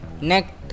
next